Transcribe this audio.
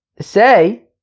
say